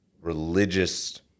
religious